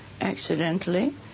accidentally